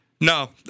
No